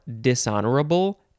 dishonorable